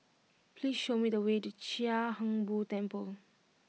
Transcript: please show me the way to Chia Hung Boo Temple